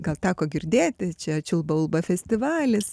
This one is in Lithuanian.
gal teko girdėti čia čiulba ulba festivalis